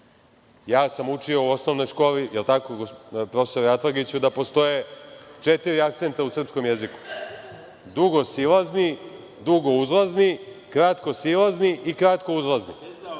ja sam učio u osnovnoj školi, je li tako, profesore Atlagiću, da postoje četiri akcenta u srpskom jeziku – dugosilazni, dugouzlazni, kratkosilazni i kratkouzlazni.